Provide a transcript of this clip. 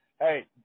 hey